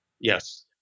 Yes